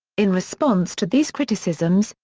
in response to these criticisms,